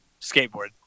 skateboard